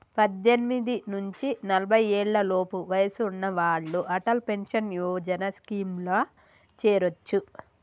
పద్దెనిమిది నుంచి నలభై ఏళ్లలోపు వయసున్న వాళ్ళు అటల్ పెన్షన్ యోజన స్కీమ్లో చేరొచ్చు